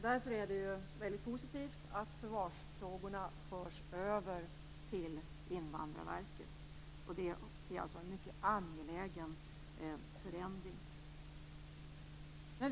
Därför är det väldigt positivt att förvarsfrågorna förs över till Invandrarverket. Det är alltså en mycket angelägen förändring.